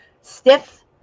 stiff